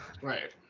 right